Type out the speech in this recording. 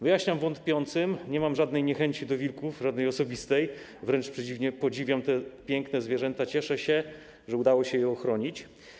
Wyjaśniam wątpiącym: nie mam żadnej niechęci do wilków, żadnej osobistej, wręcz przeciwnie, podziwiam te piękne zwierzęta, cieszę się, że udało się je ochronić.